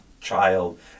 child